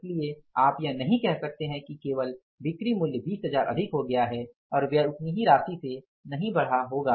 इसलिए आप यह नहीं कह सकते कि केवल बिक्री मूल्य 20 हजार अधिक हो गया है और व्यय उतनी ही राशि से नहीं बढ़ा होगा